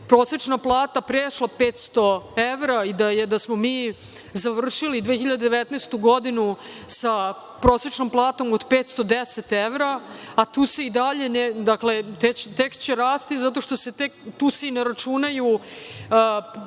prosečna plata prešla 500 evra i da smo mi završili 2019. godinu sa prosečnom platom od 510 evra, a tu se… Tek će rasti zato što se tu i ne računa povećanje